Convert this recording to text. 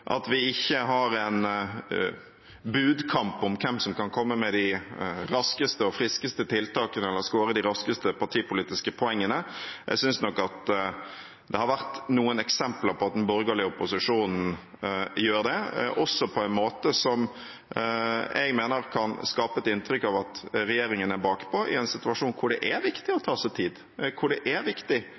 at vi ikke har en budkamp om hvem som kan komme med de raskeste og friskeste tiltakene eller skåre de raskeste partipolitiske poengene. Jeg syns nok at det har vært noen eksempler på at den borgerlige opposisjonen gjør det, også på en måte som jeg mener kan skape et inntrykk av at regjeringen er bakpå, i en situasjon hvor det er viktig å ta seg tid, hvor det er viktig